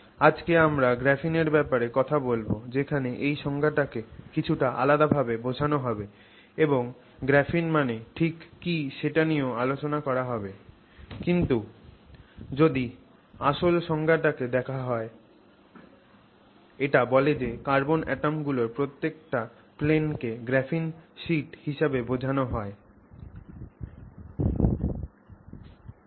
আজকে আমরা গ্রাফিনের ব্যাপারে কথা বলবো যেখানে এই সংজ্ঞাটাকে কিছুটা আলাদা ভাবে বোঝানো হবে এবং গ্রাফিন মানে ঠিক কি সেটা নিয়েও আলোচনা করা হবে কিন্তু যদি আসল সংজ্ঞাটাকে দেখা হয় এটা বলে যে কার্বন অ্যাটম গুলোর প্রত্যেকটা প্লেনকে গ্রাফিন শিট হিসেবে বোঝানো হবে